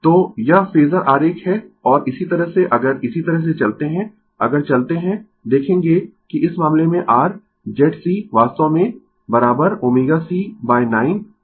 तो यह फेजर आरेख है और इसी तरह से अगर इसी तरह से चलते है अगर चलते है देखेंगें कि इस मामले में r Z C वास्तव में ω C9 कोण 90 o है